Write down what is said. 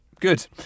Good